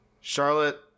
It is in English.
Charlotte